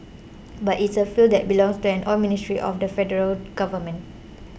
but it's a field that belongs to an Oil Ministry of the Federal Government